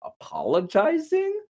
apologizing